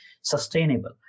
sustainable